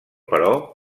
però